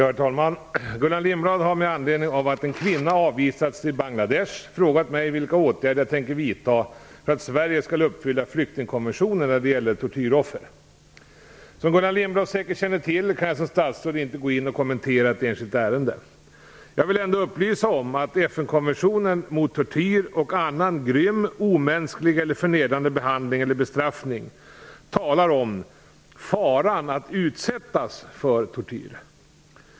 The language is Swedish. Herr talman! Gullan Lindblad har med anledning av att en kvinna avvisats till Bangladesh frågat mig vilka åtgärder jag tänker vidta för att Sverige skall uppfylla flyktingkonventionen när det gäller tortyroffer. Som Gullan Lindblad säkert känner till kan jag som statsråd inte gå in och kommentera ett enskilt ärende. Jag vill ändå upplysa om att FN-konventionen mot tortyr och annan grym, omänsklig eller förnedrande behandling eller bestraffning talar om "faran att utsättas för tortyr".